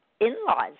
in-laws